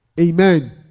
Amen